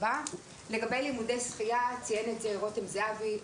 לימודי שחייה כפי שציין רותם זהבי,